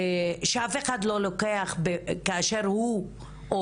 שאף אחד, כאשר הוא או